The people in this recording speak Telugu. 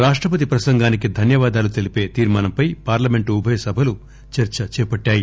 రాష్టపతి ప్రసంగానికి ధన్యవాదాలు తెలిపే తీర్మానంపై పార్లమెంటు ఉభయ సభలు చర్స చేపట్టాయి